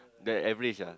that average ah